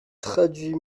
traduit